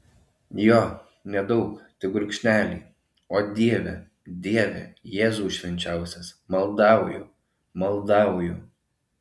jo nedaug tik gurkšnelį o dieve dieve jėzau švenčiausias maldauju maldauju